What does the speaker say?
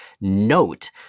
note